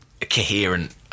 coherent